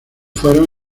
fueron